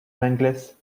mangles